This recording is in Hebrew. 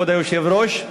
כבוד היושב-ראש,